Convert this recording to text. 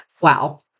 wow